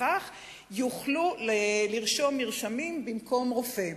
לכך יוכלו לרשום מרשמים במקום רופא.